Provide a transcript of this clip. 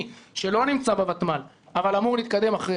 שלא נמצא בותמ"ל אבל אמור להתקדם אחרי.